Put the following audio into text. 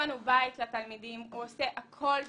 המפת"ן הוא בית לתלמידים, הוא עושה הכול בשבילם.